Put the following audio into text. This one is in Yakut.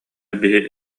биһиги